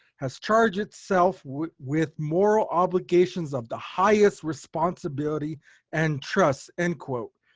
has charged itself with moral obligations of the highest responsibility and trusts, end quote.